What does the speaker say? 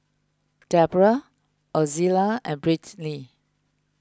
Deborah Ozella and Britney